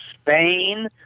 Spain